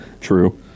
True